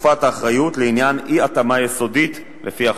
ותקופת האחריות לעניין אי-התאמה יסודית לפי החוק,